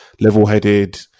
level-headed